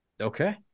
Okay